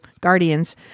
guardians